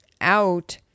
out